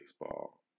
baseball